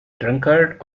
drunkard